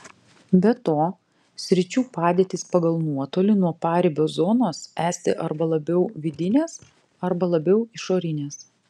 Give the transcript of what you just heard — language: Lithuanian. be to sričių padėtys pagal nuotolį nuo paribio zonos esti arba labiau vidinės arba labiau išorinės